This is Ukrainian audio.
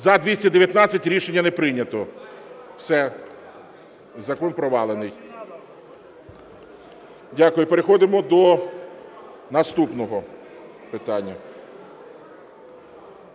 За-219 Рішення не прийнято. Все, закон провалений. Дякую. Переходимо до наступного питання.